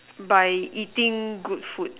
by eating good food